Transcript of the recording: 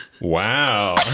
Wow